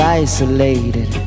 isolated